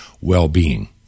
well-being